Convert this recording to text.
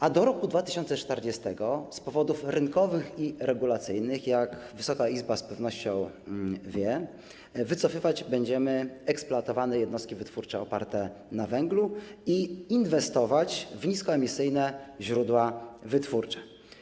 A do roku 2040 z powodów rynkowych i regulacyjnych, jak Wysoka Izba z pewnością wie, wycofywać będziemy eksploatowane jednostki wytwórcze oparte na węglu i inwestować w niskoemisyjne źródła wytwórcze.